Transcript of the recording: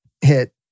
hit